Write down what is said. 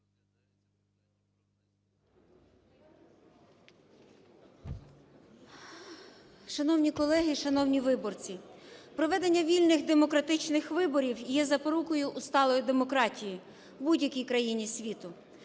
Шановні колеги, шановні виборці, проведення вільних, демократичних виборів є запорукою сталої демократії в будь-якій країні світу.